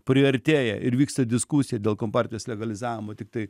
priartėja ir vyksta diskusija dėl kompartijos legalizavimo tiktai